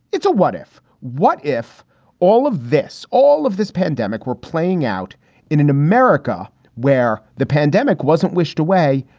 it's a what if what if all of this all of this pandemic were playing out in an america where the pandemic wasn't wished away.